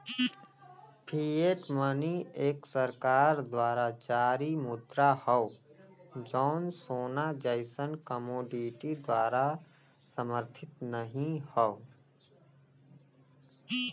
fiat money एक सरकार द्वारा जारी मुद्रा हौ जौन सोना जइसन कमोडिटी द्वारा समर्थित नाहीं हौ